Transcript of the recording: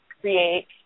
create